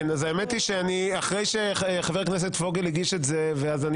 האמת היא שאחרי שחבר הכנסת פוגל הגיש את זה ואז אני